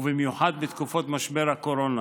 ובמיוחד בתקופת משבר הקורונה.